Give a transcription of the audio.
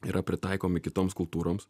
yra pritaikomi kitoms kultūroms